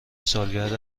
سالگرد